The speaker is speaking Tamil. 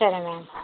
சரி மேம்